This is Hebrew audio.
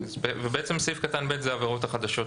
בעצם סעיף קטן (ב) אלה העבירות החדשות